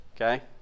Okay